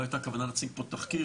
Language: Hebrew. לא היתה כוונה להציג פה תחקיר,